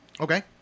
Okay